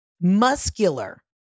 Muscular